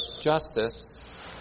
justice